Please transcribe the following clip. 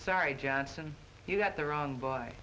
sorry johnson you got the wrong boy